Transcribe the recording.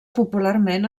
popularment